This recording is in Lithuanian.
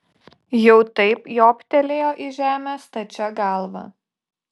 jau taip jobtelėjo į žemę stačia galva